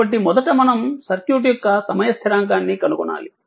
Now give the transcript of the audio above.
కాబట్టి మొదట మనం సర్క్యూట్ యొక్క సమయ స్థిరాంకాన్ని కనుగొనాలి